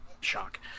shock